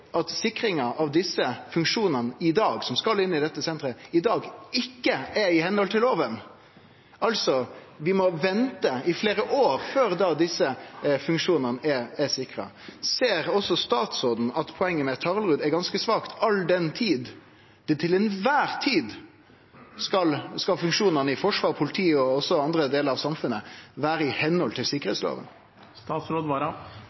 at sikringa av dei funksjonane som skal inn i dette senteret, i dag ikkje er i samsvar med lova, altså at vi må vente i fleire år før desse funksjonane er sikra. Ser også statsråden at poenget med Taraldrud er ganske svakt, all den tid funksjonane i forsvar, politi og også andre delar av samfunnet til kvar tid skal vere i samsvar med sikkerheitslova? La meg begynne med slutten. Ja, det bør være i henhold til